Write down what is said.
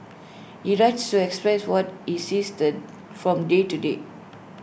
he writes to express what he sees the from day to day